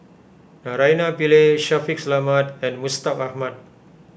Naraina Pillai Shaffiq Selamat and Mustaq Ahmad